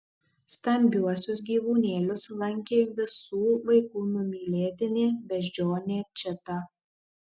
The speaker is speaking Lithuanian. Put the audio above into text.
stambiuosius gyvūnėlius lankė visų vaikų numylėtinė beždžionė čita